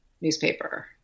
newspaper